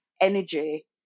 energy